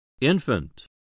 Infant